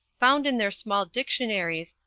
found in their small dictionaries,